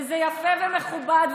וזה יפה ומכובד,